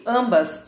ambas